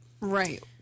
Right